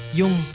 yung